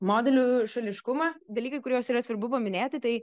modelių šališkumą dalykai kuriuos yra svarbu paminėti tai